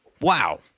wow